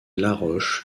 laroche